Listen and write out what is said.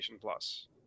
Plus